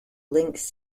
links